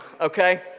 okay